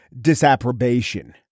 disapprobation